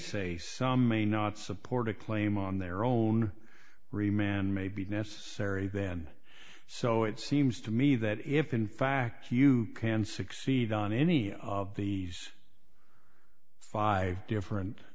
say some may not support a claim on their own re man may be necessary then so it seems to me that if in fact you can succeed on any of these five different